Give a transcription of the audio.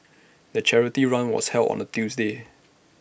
the charity run was held on A Tuesday